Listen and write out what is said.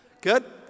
Good